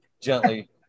gently